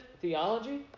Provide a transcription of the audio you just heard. theology